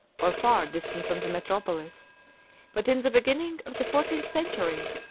or far, distant from the metropolis but in the beginning of the fourteenth century,